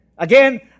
Again